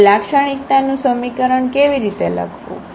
તો લાક્ષણિકતાનું સમીકરણ કેવી રીતે લખવું